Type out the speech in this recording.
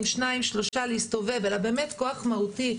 שניים-שלושה להסתובב אלא באמת כוח מהותי,